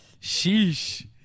Sheesh